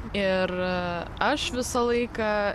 ir aš visą laiką